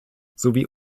sowie